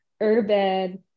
urban